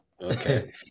Okay